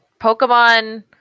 Pokemon